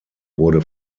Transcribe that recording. wurde